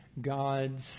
God's